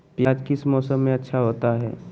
प्याज किस मौसम में अच्छा होता है?